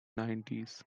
nineties